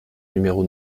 numéro